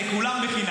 תן לכולם בחינם.